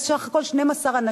זה סך הכול 12 אנשים.